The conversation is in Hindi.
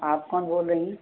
आप कौन बोल रहीं